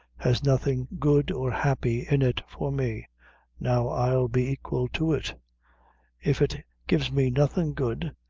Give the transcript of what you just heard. has nothing good or happy in it for me now i'll be aquil to it if it gives me nothing good,